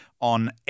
on